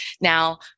now